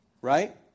Right